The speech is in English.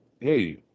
hey